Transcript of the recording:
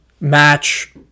match